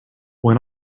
when